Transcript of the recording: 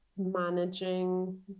managing